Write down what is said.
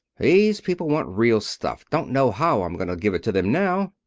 these people want real stuff. don't know how i'm going to give it to them now.